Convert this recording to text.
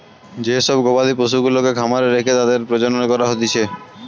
যে সব গবাদি পশুগুলাকে খামারে রেখে তাদের মধ্যে প্রজনন করা হতিছে